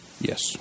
Yes